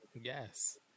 Yes